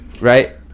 right